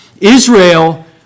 Israel